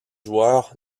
joueurs